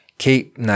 Keep